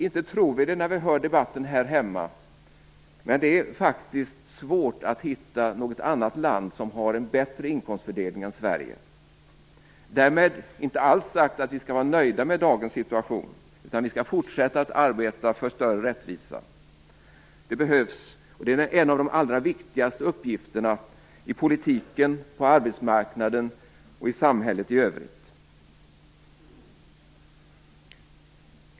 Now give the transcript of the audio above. Inte tror vi det när vi hör debatten här hemma, men det är faktiskt svårt att hitta något annat land som en bättre inkomstfördelning än Sverige. Därmed inte alls sagt att vi skall vara nöjda med dagens situation, utan vi skall fortsätta att arbeta för större rättvisa, för det behövs. Det är en av de allra viktigaste uppgifterna i politiken, på arbetsmarknaden och i samhället i övrigt.